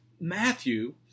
Matthew